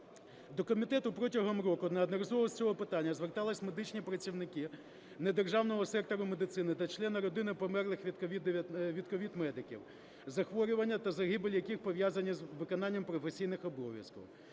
До комітету протягом року неодноразово з цього питання зверталися медичні працівники недержавного сектору медицини та члени родини померлих від COVID медиків, захворювання та загибель яких пов'язані з виконання професійних обов'язків.